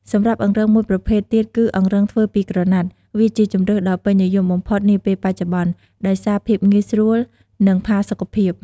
សម្រាប់អង្រឹងមួយប្រភេទទៀតគឺ អង្រឹងធ្វើពីក្រណាត់ វាជាជម្រើសដ៏ពេញនិយមបំផុតនាពេលបច្ចុប្បន្ន ដោយសារភាពងាយស្រួល និងផាសុខភាព។